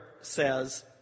says